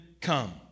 come